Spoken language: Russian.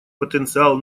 потенциал